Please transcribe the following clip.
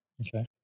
Okay